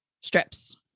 strips